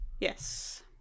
Yes